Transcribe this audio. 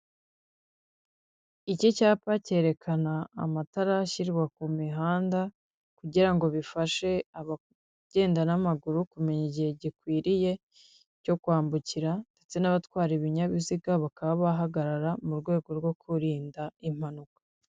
Iki cyapa cyerekana amatara ashyirwa ku mihanda, kugira ngo bifashe abagenda n'amaguru kumenya igihe gikwiriye cyo kwambukira, ndetse n'abatwara ibinyabiziga bakaba bahagarara mu rwego rwo kurinda impanuka.